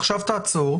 עכשיו תעצור,